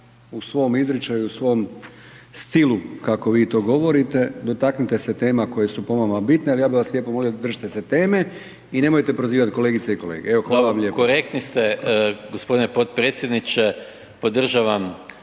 u svom izričaju i u svom stilu kako vi to govorite dotaknite se tema koje su po vama bitne, ali ja bih vas lijepo molio držite se teme i nemojte prozivati kolegice i kolege. Evo, hvala vam lijepo.